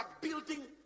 building